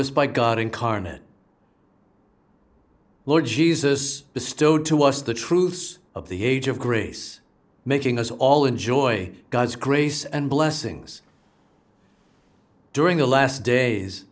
us by god incarnate lord jesus bestowed to us the truths of the age of grace making us all enjoy god's grace and blessings during the last days